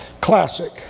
Classic